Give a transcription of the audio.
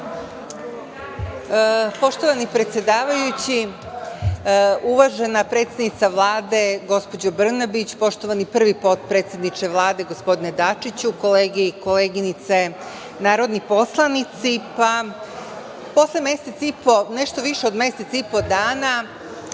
Poštovani predsedavajući, uvažena predsednice Vlade, gospođo Brnabić, poštovani prvi potpredsedniče Vlade, gospodine Dačiću, kolege i koleginice narodni poslanici, pa posle mesec i po,